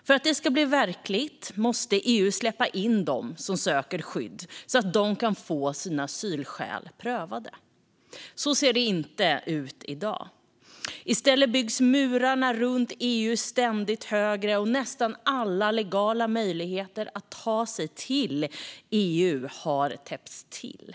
För att det ska bli verklighet måste EU släppa in dem som söker skydd, så att de kan få sina asylskäl prövade. Så ser det inte ut i dag. I stället byggs murarna runt EU ständigt högre, och nästan alla legala möjligheter att ta sig till EU har täppts till.